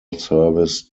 service